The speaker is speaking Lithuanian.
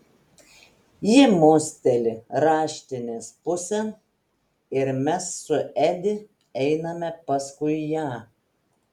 ji mosteli raštinės pusėn ir mes su edi einame paskui ją